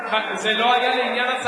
וזה לא היה לעניין, אדוני היושב-ראש?